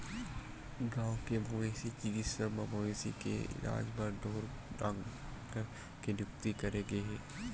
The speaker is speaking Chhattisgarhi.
गाँव के मवेशी चिकित्सा म मवेशी के इलाज बर ढ़ोर डॉक्टर के नियुक्ति करे गे हे